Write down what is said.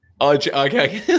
Okay